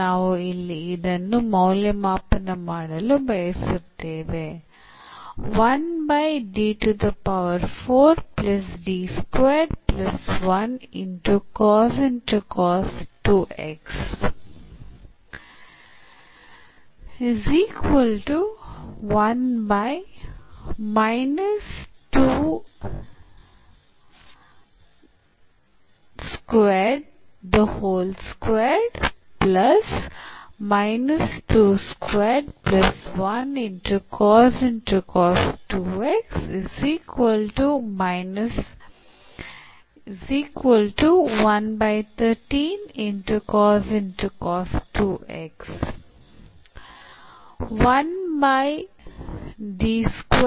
ನಾವು ಇಲ್ಲಿ ಇದನ್ನು ಮೌಲ್ಯಮಾಪನ ಮಾಡಲು ಬಯಸುತ್ತೇವೆ